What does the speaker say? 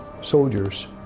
soldiers